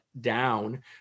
down